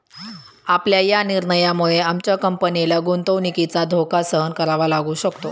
आपल्या या निर्णयामुळे आमच्या कंपनीला गुंतवणुकीचा धोका सहन करावा लागू शकतो